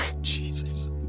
Jesus